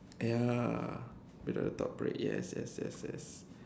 ya without the top bread yes yes yes yes